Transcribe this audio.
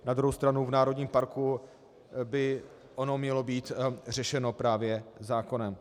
Na druhou stranu v národním parku by to mělo být řešeno právě zákonem.